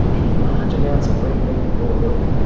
eating large amounts of red meat and raw milk,